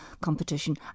competition